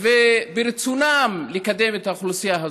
וברצונם לקדם את האוכלוסייה הזאת.